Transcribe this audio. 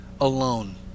alone